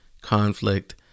conflict